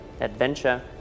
adventure